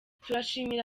turashimira